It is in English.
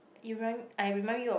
you remind m~ I remind you of